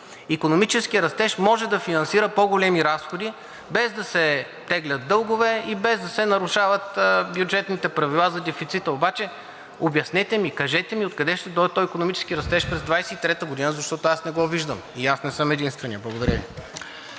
икономически растеж може да финансира по-големи разходи, без да се теглят дългове и без да се нарушават бюджетните правила за дефицита. Обаче обяснете ми, кажете ми откъде ще дойде този икономически растеж през 2023 г., защото не го виждам? И не съм единственият. Благодаря Ви.